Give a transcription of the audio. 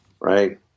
right